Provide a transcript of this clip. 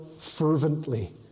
fervently